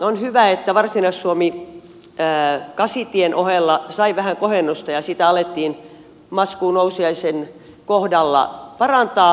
on hyvä että varsinais suomi kasitien osalta sai vähän kohennusta ja sitä alettiin maskunnousiaisen kohdalla parantaa